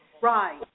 Right